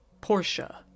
Portia